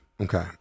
Okay